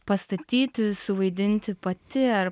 pastatyti suvaidinti pati ar